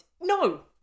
No